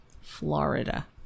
Florida